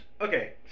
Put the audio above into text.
okay